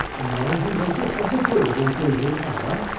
and mind you make yourself agreeable to him, hannah,